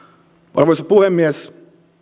arvoisa puhemies